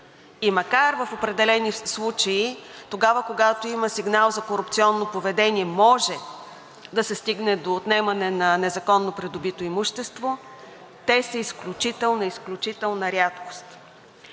И макар в определени случаи, тогава, когато имаме сигнал за корупционно поведение, може да се стигне до отнемане на незаконно придобито имущество, те са изключителна, изключителна рядкост.